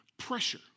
pressure